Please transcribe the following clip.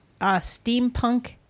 steampunk